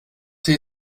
tee